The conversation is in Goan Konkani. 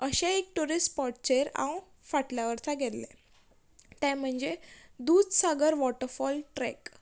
अशें एक टुरीस स्पॉटचेर आंव फाटल्या वोर्सा गेल्लें तें म्हणजे दुदसागर वॉटरफॉल ट्रॅक